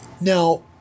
Now